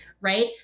right